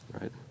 right